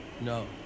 No